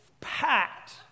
packed